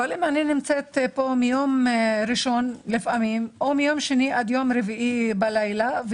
אני נמצאת פה מיום ראשון או מיום שני עד רביעי בלילה,